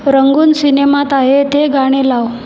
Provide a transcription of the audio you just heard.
रंगून सिनेमात आहे ते गाणे लाव